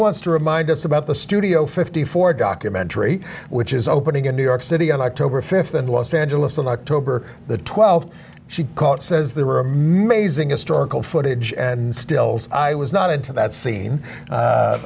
wants to remind us about the studio fifty four documentary which is opening in new york city on october fifth in los angeles on october the twelfth she call it says there were amazing historical footage and still i was not into that scene